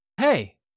hey